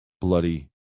Bloody